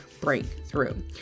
breakthrough